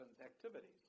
activities